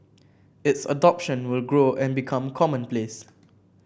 its adoption will grow and become commonplace